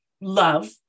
love